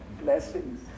blessings